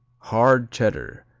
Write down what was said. hard cheddar,